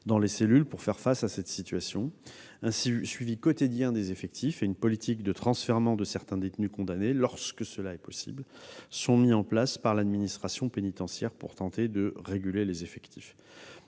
dans les cellules pour faire face à cette situation. Un suivi quotidien des effectifs et une politique de transfèrement de certains détenus condamnés, lorsque cela est possible, sont mis en place par l'administration pénitentiaire pour tenter de réguler les effectifs.